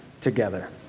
together